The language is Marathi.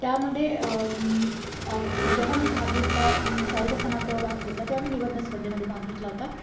त्यामध्ये जेव्हा मी भाग घेतला शाळेत असताना जेव्हा भाग घेतला तेव्हा मी निबंध स्पर्धेमध्ये भाग घेतला होता